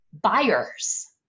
buyers